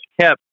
kept